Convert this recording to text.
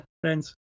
friends